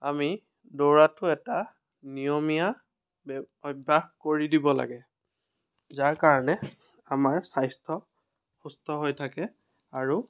আমি দৌৰাটো এটা নিয়মীয়া অভ্যাস কৰি দিব লাগে যাৰ কাৰণে আমাৰ স্বাস্থ্য সুস্থ হৈ থাকে আৰু